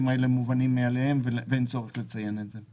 האלה מובנים מאליהם ואין צורך לציין את זה.